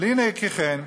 אבל הנה כי כן,